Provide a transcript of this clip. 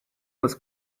was